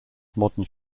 modern